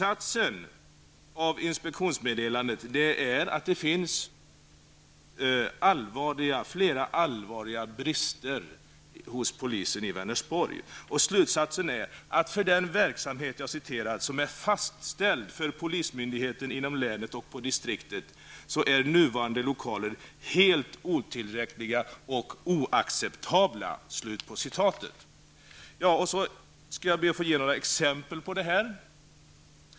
Av inspektionsmeddelandet framgår att det finns flera allvarliga brister hos polishuset i Vänersborg, och slutsatsen är: ''För den verksamhet som är fastställd för polismyndigheten inom länet och på distriktet är nuvarande lokaler helt otillräckliga och oacceptabla.'' Jag skall be att få ge några exempel.